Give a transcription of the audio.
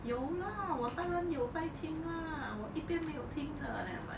有啦我当然有在听啦我一边没有听的 then I am like